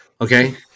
Okay